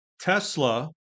Tesla